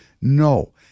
No